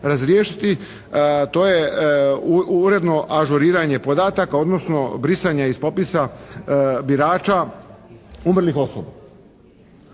to je uredno ažuriranje podataka odnosno brisanje iz popisa birača umrlih osoba.